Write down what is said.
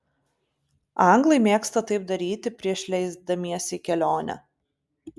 anglai mėgsta taip daryti prieš leisdamiesi į kelionę